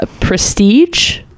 prestige